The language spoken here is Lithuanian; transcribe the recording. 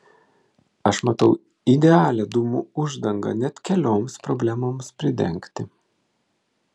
aš matau idealią dūmų uždangą net kelioms problemoms pridengti